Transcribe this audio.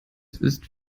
ist